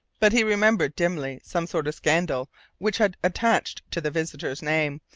but he remembered dimly some sort of scandal which had attached to the visitor's name,